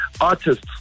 artists